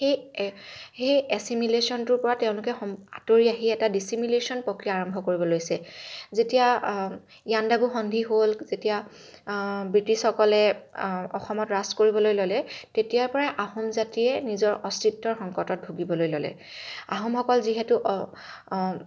সেই সেই এছিমিলেশ্যনটোৰ পৰা তেওঁলোকে সম আঁতৰি আহি এটা ডিছিমিলেশ্যন প্ৰক্ৰিয়া আৰম্ভ কৰিবলৈ লৈছে যেতিয়া ইয়াণ্ডাবু সন্ধি হ'ল যেতিয়া বৃটিছসকলে অসমত ৰাজ কৰিবলৈ ল'লে তেতিয়াৰ পৰাই আহোম জাতিয়ে নিজৰ অস্তিত্বৰ সংকটত ভুগিবলৈ ল'লে আহোমসকল যিহেতু